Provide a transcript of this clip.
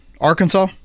Arkansas